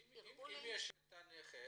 אם יש את הטאבו,